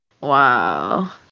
Wow